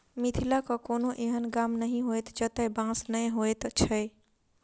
मिथिलाक कोनो एहन गाम नहि होयत जतय बाँस नै होयत छै